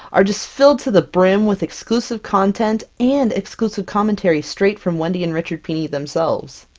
are just filled to the brim with exclusive content and exclusive commentary straight from wendy and richard pini, themselves!